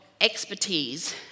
expertise